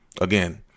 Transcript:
again